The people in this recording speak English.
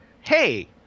hey